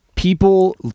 People